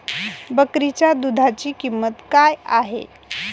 बकरीच्या दूधाची किंमत काय आहे?